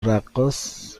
رقاص